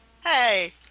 Hey